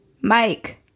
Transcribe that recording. Mike